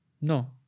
No